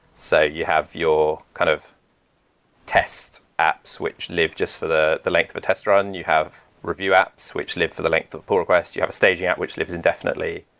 so you have your kind of test apps which live just for the the length of a test run. you have review apps which live for the length of poll request. you have a stage app yeah which lives indefinitely,